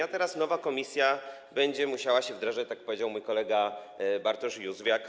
A teraz nowa komisja będzie musiała się wdrażać, tak jak powiedział mój kolega Bartosz Józwiak.